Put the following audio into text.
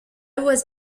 was